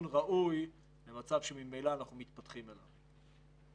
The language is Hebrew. ראוי למצב שממילא אנחנו מתפתחים אליו.